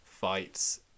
fights